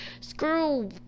Screw